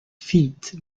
feet